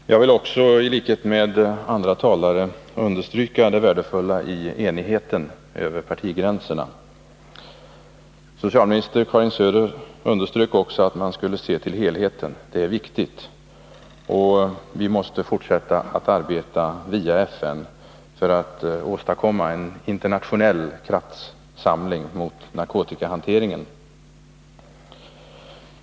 Herr talman! Jag i vill i likhet med andra talare understryka det värdefulla i enigheten över partigränserna. Socialminister Karin Söder underströk också att man skulle se till helheten — det är viktigt. Vi måste fortsätta att arbeta via FN för att åstadkomma en internationell kraftsamling mot narkotikahanteringen.